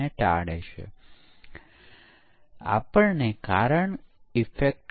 અને ધીમે ધીમે આપણી પાસે વધુ અને વધુ ટૂલ આવ્યા